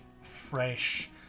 fresh